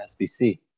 SBC